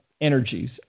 energies